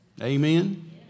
Amen